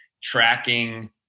tracking